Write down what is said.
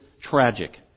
tragic